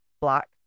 black